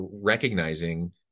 recognizing